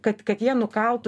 kad kad jie nukaltų